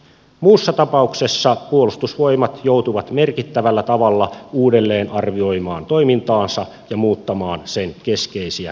muussa tapauksessa puolustusvoimat joutuvat merkittävällä tavalla uudelleenarvioimaan toimintaansa ja muuttamaan sen keskeisiä perusteita